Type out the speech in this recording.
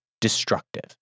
destructive